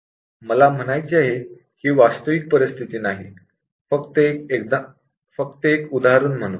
मला म्हणायचे आहे की ही वास्तविक परिस्थिती नाही फक्त एक उदाहरण म्हणून